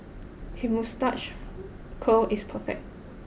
his moustache curl is perfect